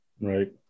Right